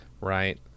right